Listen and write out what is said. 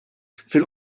fil